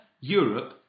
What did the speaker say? Europe